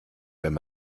wenn